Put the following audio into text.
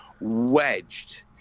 wedged